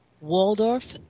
Waldorf